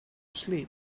sleep